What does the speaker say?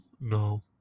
no